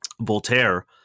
Voltaire